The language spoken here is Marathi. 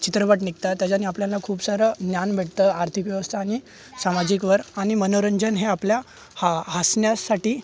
चित्रपट निघतात त्याच्याने आपल्याना खूप सारं ज्ञान भेटतं आर्थिक व्यवस्था आणि सामाजिकवर आणि मनोरंजन हे आपल्या हा हसण्यासाठी